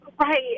Right